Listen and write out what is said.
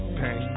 pain